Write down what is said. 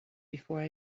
before